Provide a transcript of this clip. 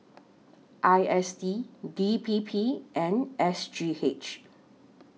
I S D D P P and S G H